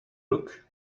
look